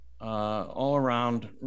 all-around